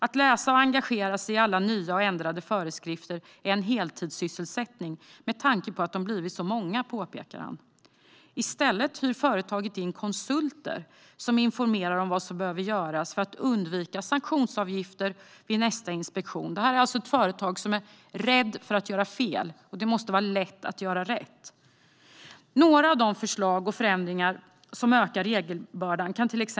Att läsa och engagera sig i alla nya och ändrade föreskrifter är en heltidssysselsättning med tanke på att de blivit så många, påpekar han. I stället hyr företaget in konsulter som informerar om vad som behöver göras för att undvika sanktionsavgifter vid nästa inspektion. Detta företag vill alltså inte göra fel, och då måste det vara lätt att göra rätt. Låt mig nämna några av de förslag och förändringar som ökar regelbördan.